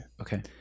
Okay